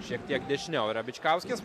šiek tiek dešiniau yra bičkauskis